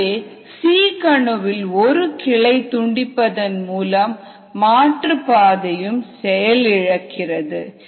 அதுவேC கணு வில் ஒரு கிளை துண்டிப்பதன் மூலம் மாற்று பாதையும் செயலிழக்கிறது